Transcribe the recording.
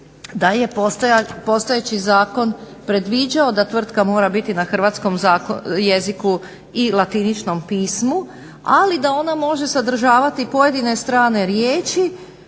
da je postojeći zakon predviđao da tvrtka mora biti na hrvatskom jeziku i latiničnom pismu, ali da ona može sadržavati pojedine strane riječi